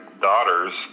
daughters